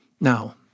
Now